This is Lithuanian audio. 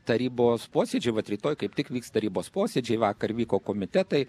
tarybos posėdžiai vat rytoj kaip tik vyks tarybos posėdžiai vakar vyko komitetai